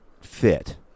fit